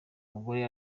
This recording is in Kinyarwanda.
mugore